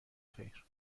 خیر